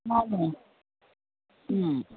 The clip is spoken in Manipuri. ꯃꯥꯟꯅꯦ ꯎꯝ